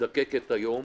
ונזקקת היום